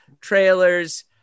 trailers